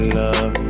love